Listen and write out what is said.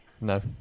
No